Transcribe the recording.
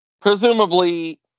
Presumably